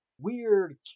weird